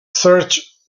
search